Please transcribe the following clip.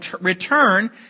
return